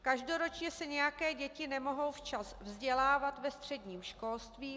Každoročně se nějaké děti nemohou včas vzdělávat ve středním školství.